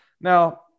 Now